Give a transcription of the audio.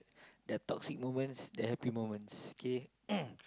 there are toxic moments there are happy moments okay